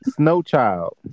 Snowchild